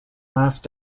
last